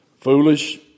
foolish